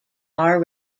are